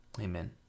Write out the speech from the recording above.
Amen